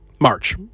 march